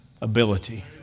ability